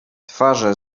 twarze